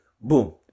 boom